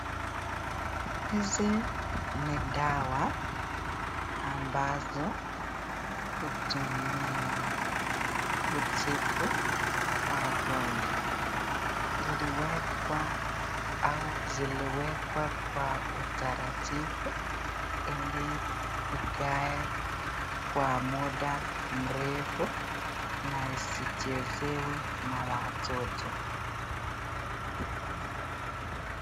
Hizi ni dawa ambazo hutumiwa kutibu magonjwa, iliwekwa au ziliwekwa kwa utaratubibu ili ikae kwa muda mrefu na isichezewe na watoto.